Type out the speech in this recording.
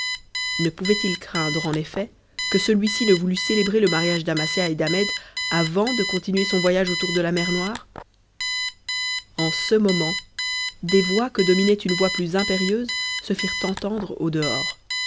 ne pouvait-il craindre en effet que celui-ci ne voulût célébrer le mariage d'amasia et d'ahmet avant de continuer son voyage autour de la mer noire en ce moment des voix que dominait une voix plus impérieuse se firent entendre au dehors